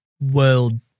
world